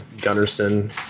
Gunnarsson